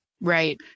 Right